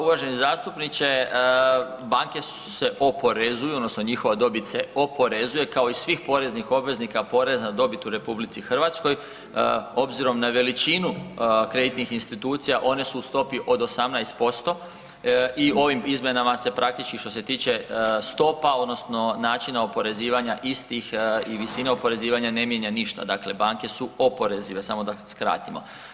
Uvaženi zastupniče, banke se oporezuju odnosno njihova dobit se oporezuje kao i svih poreznih obveznika poreza na dobit u RH. obzirom na veličinu kreditnih institucija one su u stopi od 18% i ovim izmjenama se praktički što se tiče stopa odnosno načina oporezivanja istih i visine oporezivanja ne mijenja ništa, dakle su oporezive samo da skratimo.